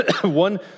One